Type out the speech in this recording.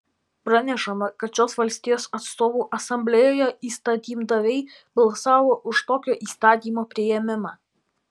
pranešama kad šios valstijos atstovų asamblėjoje įstatymdaviai balsavo už tokio įstatymo priėmimą